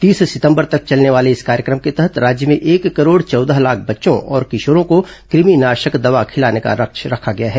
तीस सितंबर तक चलने वाले इस कार्यक्रम के तहत राज्य में एक करोड़ चौदह लाख बच्चों और किशोरों को कमिनाशक दवा खिलाने का लक्ष्य रखा गया है